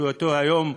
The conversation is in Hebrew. בשבתו היום,